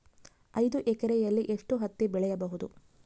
ಐದು ಎಕರೆಯಲ್ಲಿ ಎಷ್ಟು ಹತ್ತಿ ಬೆಳೆಯಬಹುದು?